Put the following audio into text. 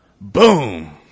Boom